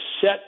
set